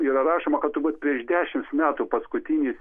yra rašoma kad turbūt prieš dešimts metų paskutinis